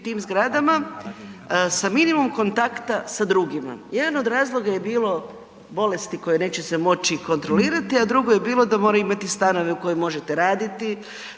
tim zgradama s minimum kontakta sa drugima. Jedan od razloga je bilo bolesti koje se neće moći kontrolirati, a drugo je bilo da moraju imati stanove u kojima možete raditi,